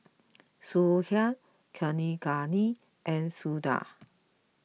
Sudhir Kaneganti and Sundar